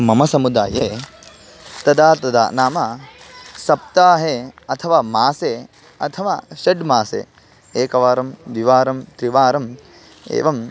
मम समुदाये तदा तदा नाम सप्ताहे अथवा मासे अथवा षड् मासे एकवारं द्विवारं त्रिवारम् एवं